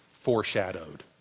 foreshadowed